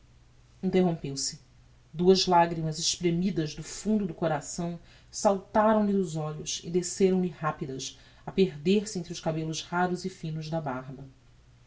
quanto interrompeu-se duas lagrimas espremidas do fundo do coração saltaram-lhe dos olhos e desceram lhe rapidas a perder-se entre os cabellos raros e finos da barba